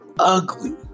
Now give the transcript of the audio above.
Ugly